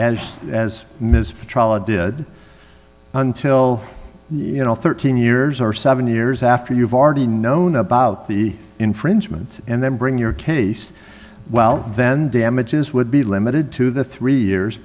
as ms did until you know thirteen years or seven years after you've already known about the infringement and then bring your case well then damages would be limited to the three years